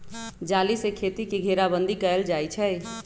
जाली से खेती के घेराबन्दी कएल जाइ छइ